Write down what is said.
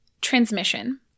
transmission